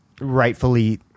rightfully